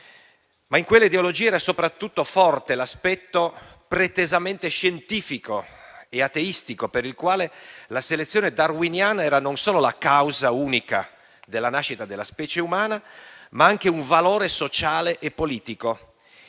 Ma in quell'ideologia era soprattutto forte l'aspetto "pretesamente" scientifico e ateistico, per il quale la selezione darwiniana era non solo la causa unica della nascita della specie umana, ma anche un valore sociale e politico.